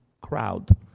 crowd